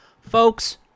folks